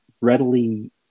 readily